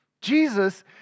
Jesus